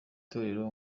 torero